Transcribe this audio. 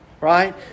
Right